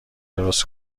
درست